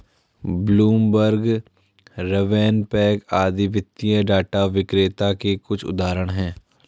Bloomberg, RavenPack आदि वित्तीय data विक्रेता के कुछ उदाहरण हैं